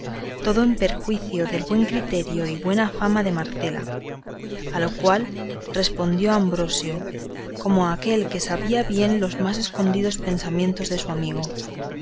todo en perjuicio del buen crédito y buena fama de marcela a lo cual respondió ambrosio como aquel que sabía bien los más escondidos pensamientos de su amigo